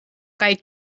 kaj